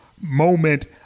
moment